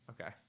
okay